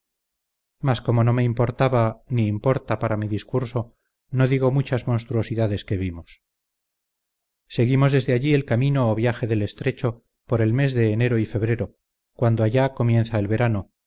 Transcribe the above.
mas como no me importaba ni importa para mi discurso no digo muchas monstruosidades que vimos seguimos desde allí el camino o viaje del estrecho por el mes de enero y febrero cuando allá comienza el verano